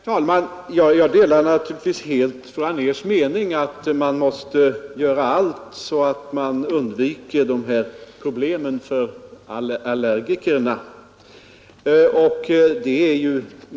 Herr talman! Jag delar naturligtvis fru Anérs mening att man måste göra allt för att allergikerna skall slippa dessa problem.